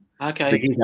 Okay